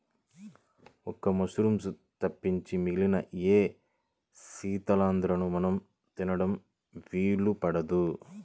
ఒక్క మశ్రూమ్స్ తప్పించి మిగిలిన ఏ శిలీంద్రాలనూ మనం తినడానికి వీలు ఉండదు